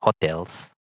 hotels